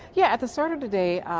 yeah, at the start of the day,